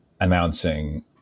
announcing